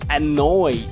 annoy